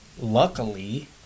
luckily